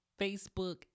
Facebook